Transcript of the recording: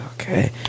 okay